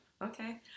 Okay